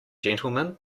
gentlemen